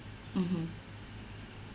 mmhmm